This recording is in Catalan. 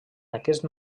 aquest